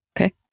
Okay